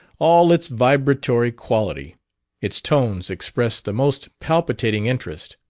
all its vibratory quality its tones expressed the most palpitating interest.